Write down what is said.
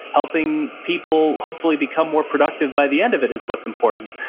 helping people hopefully become more productive by the end of it is what's important.